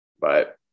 but-